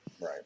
Right